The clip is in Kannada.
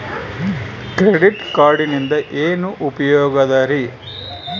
ಕ್ರೆಡಿಟ್ ಕಾರ್ಡಿನಿಂದ ಏನು ಉಪಯೋಗದರಿ?